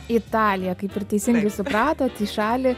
italiją kaip ir teisingai supratot į šalį